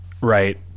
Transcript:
Right